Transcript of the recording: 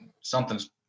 something's